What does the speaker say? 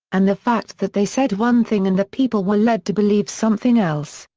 and the fact that they said one thing and the people were led to believe something else,